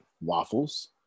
waffles